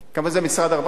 זה משרד הרווחה,